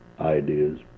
ideas